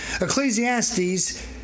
Ecclesiastes